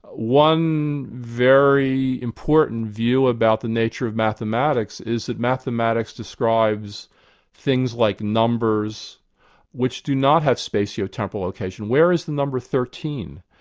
one very important view about the nature of mathematics is that mathematics describes things like numbers which do not have spatial temporal location. where is the number thirteen?